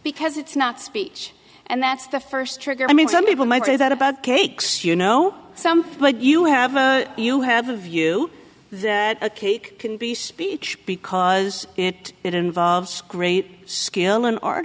because it's not speech and that's the first trigger i mean some people might say that about cakes you know some but you have a you have a view that a cake can be speech because it it involves great skill and art